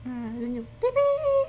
mm then you liao